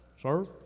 Sir